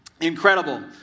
incredible